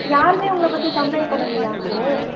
யாருமே உங்களை பற்றி கம்ப்ளைன்ட் பண்ணலையா அப்போ